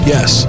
Yes